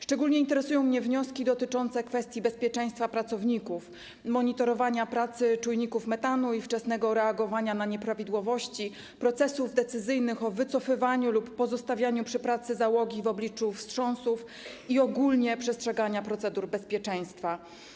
Szczególnie interesują mnie wnioski dotyczące kwestii bezpieczeństwa pracowników, monitorowania pracy czujników metanu i wczesnego reagowania na nieprawidłowości, procesów decyzyjnych o wycofywaniu lub pozostawianiu przy pracy załogi w obliczu wstrząsów i ogólnie przestrzegania procedur bezpieczeństwa.